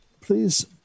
please